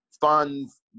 Funds